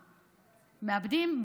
מאבדים,